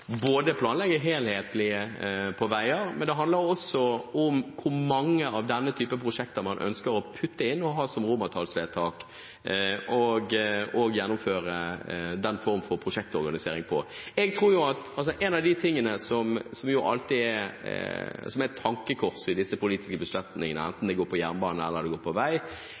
på vei, men det handler også om hvor mange av denne typen prosjekter man ønsker å putte inn og ha som romertallsvedtak å gjennomføre den form for prosjektorganisering på. En av de tingene som er et tankekors ved disse politiske beslutningene, enten det går på jernbane, eller det går på vei,